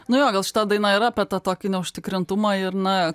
na jo gal šita daina yra apie tą tokį neužtikrintumą ir na